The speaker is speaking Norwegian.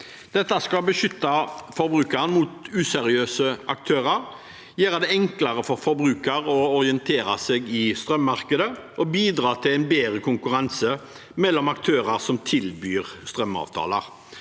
Dette skal beskytte forbrukeren mot useriøse aktører, gjøre det enklere for forbrukeren å orientere seg i strømmarkedet, og bidra til en bedre konkurranse mellom aktører som tilbyr strømavtaler.